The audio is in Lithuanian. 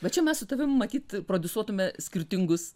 va čia mes su tavim matyt prodiusuotume skirtingus